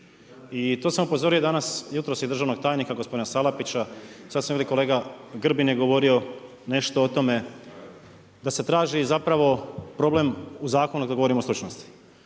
I to sam upozorio i danas, jutros i državnog tajnika gospodina Salapića, sad …/Govornik se ne razumije./… kolega Grbin je govorio nešto o tome, da se traži zapravo problemu u zakonu kad govorimo o stručnosti.